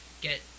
get